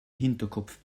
hinterkopf